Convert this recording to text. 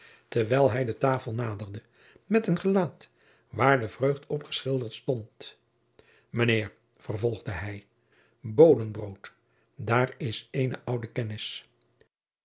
terwijl hij de tafel naderjacob van lennep de pleegzoon de met een gelaat waar de vreugd op geschilderd stond mijnheer vervolgde hij bodenbrood daar is eene oude kennis